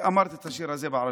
ואמרתי את השיר הזה בערבית.